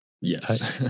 Yes